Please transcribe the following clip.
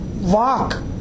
walk